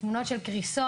תמונות של קריסות.